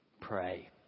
Pray